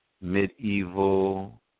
Medieval